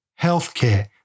healthcare